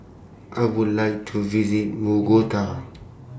I Would like to visit Mogota